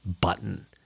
button